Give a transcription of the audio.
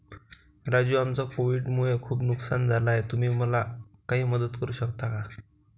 राजू आमचं कोविड मुळे खूप नुकसान झालं आहे तुम्ही मला काही मदत करू शकता का?